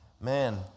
man